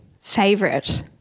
favorite